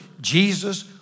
Jesus